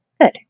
Good